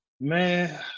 Man